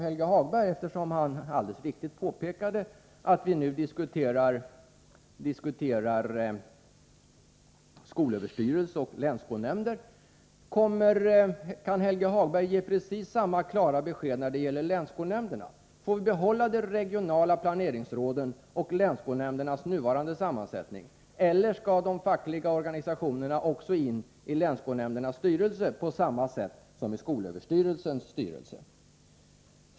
Helge Hagberg påpekade alldeles riktigt att vi nu diskuterar skolöverstyrelsen och länsskolnämnder. Kan jag få samma klara besked från Helge Hagberg när det gäller länsskolnämnderna? Får vi behålla de lokala planeringsråden och länsskolnämnderna i deras nuvarande sammansättning, eller skall de fackliga organisationerna in också i länsskolnämndernas styrelser, på samma sätt som i skolöverstyrelsens styrelse?